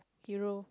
hero